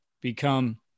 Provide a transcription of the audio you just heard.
become